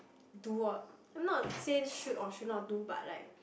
do or not say should or should not do but like